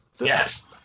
Yes